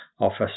office